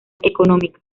económica